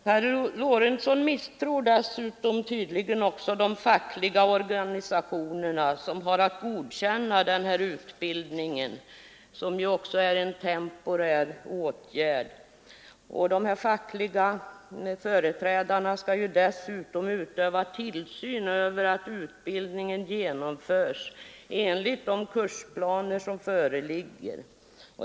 Herr Lorentzon misstror tydligen också de fackliga organisationerna som har att godkänna denna utbildning, vilken även är en temporär åtgärd. De fackliga företrädarna skall dessutom utöva tillsyn över att utbildningen genomförs enligt de kursplaner som föreligger.